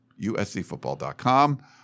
uscfootball.com